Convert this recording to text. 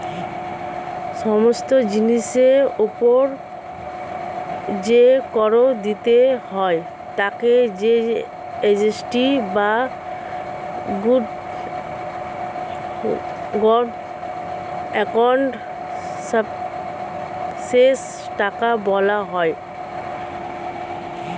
সমস্ত জিনিসের উপর যে কর দিতে হয় তাকে জি.এস.টি বা গুডস্ অ্যান্ড সার্ভিসেস ট্যাক্স বলা হয়